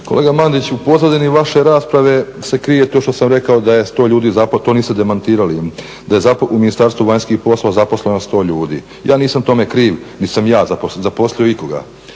Kolega Madić, u pozadini vaše rasprave se krije to što sam rekao da je 100 ljudi, pa to niste demantirali, da je u Ministarstvu vanjskim poslova zaposleno 100 ljudi. Ja nisam tome kriv, nisam ja zaposlio ikoga